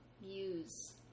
use